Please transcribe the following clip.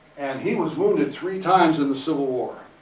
and he was wounded three times in the civil war.